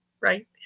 right